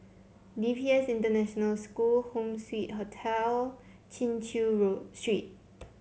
D P S International School Home Suite Hotel Chin Chew Road Street